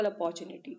opportunity